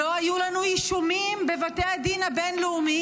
לא היו לנו אישומים בבתי הדין הבין-לאומיים,